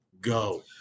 Go